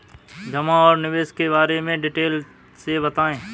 जमा और निवेश के बारे में डिटेल से बताएँ?